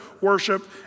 worship